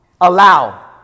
allow